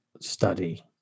study